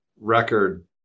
record